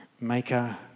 maker